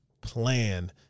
plan